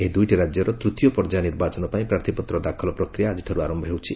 ଏହି ଦୁଇଟି ରାଜ୍ୟର ତୂତୀୟ ପର୍ଯ୍ୟାୟ ନିର୍ବାଚନ ପାଇଁ ପ୍ରାର୍ଥପତ୍ର ଦାଖଲ ପ୍ରକ୍ରିୟା ଆଜିଠାରୁ ଆରମ୍ଭ ହେଉଛି